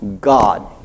God